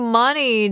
money